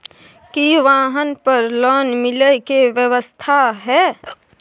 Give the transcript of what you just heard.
की वाहन पर लोन मिले के व्यवस्था छै?